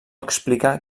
explica